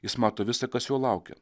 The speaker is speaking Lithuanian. jis mato visa kas jo laukia